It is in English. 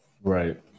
Right